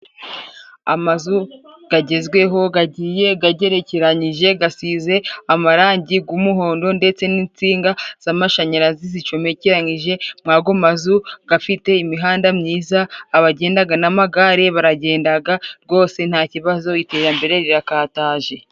Amazu agezweho agiye agerekeranyije, asize amarangi y'umuhondo, ndetse n'insinga z'amashanyarazi zicomekeranyije, muri ayo mazu afite imihanda myiza, abagenda n'amagare, baragenda rwose nta kibazo iterambere rirakataje.